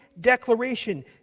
declaration